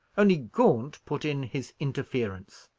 only gaunt put in his interference.